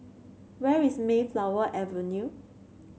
where is Mayflower Avenue